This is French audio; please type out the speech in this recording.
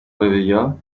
réveilla